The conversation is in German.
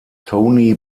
tony